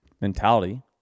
mentality